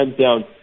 down